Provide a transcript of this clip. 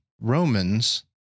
Romans